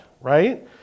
right